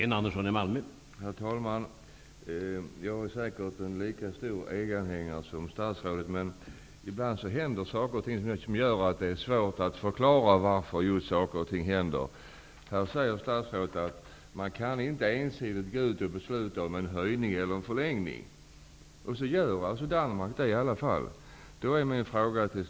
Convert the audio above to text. Herr talman! Jag är säkert en lika stor EG anhängare som statsrådet. Ibland händer emellertid saker och ting som är svåra att förklara. Statsrådet säger att man inte ensidigt kan besluta om en höjning eller en förlängning, men det är vad Danmark gör.